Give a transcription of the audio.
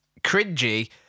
cringy